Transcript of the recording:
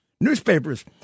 newspapers